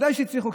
ודאי שהצליחו.